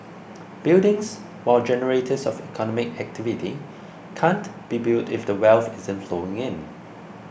buildings while generators of economic activity can't be built if the wealth isn't flowing in